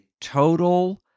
total